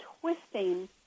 twisting